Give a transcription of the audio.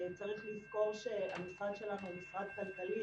צריך לזכור שהמשרד שלנו הוא משרד כלכלי.